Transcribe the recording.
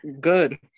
Good